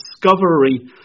discovery